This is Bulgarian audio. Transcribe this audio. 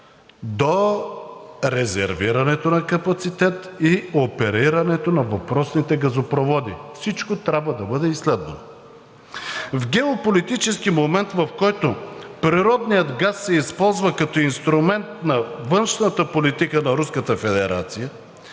до резервирането на капацитет и оперирането на въпросните газопроводи. Всичко трябва да бъде изследвано. В геополитически момент, в който природният газ се използва като инструмент на външната политика на